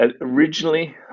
originally